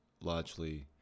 largely